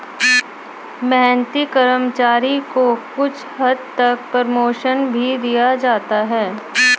मेहनती कर्मचारी को कुछ हद तक प्रमोशन भी दिया जाता है